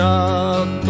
up